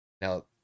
Now